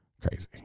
crazy